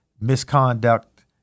misconduct